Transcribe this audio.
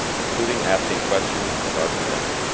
including asking questions of our presenter.